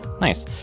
Nice